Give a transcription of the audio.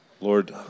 Lord